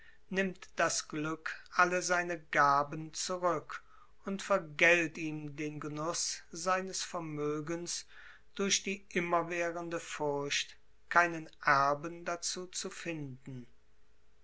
nimmt das glück alle seine gaben zurück und vergällt ihm den genuß seines vermögens durch die immerwährende furcht keinen erben dazu zu finden